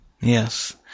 Yes